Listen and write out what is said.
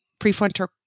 prefrontal